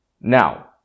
Now